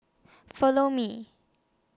Follow Me